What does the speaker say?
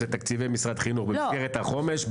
זה תקציבי משרד החינוך במסגרת החומש.